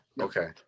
okay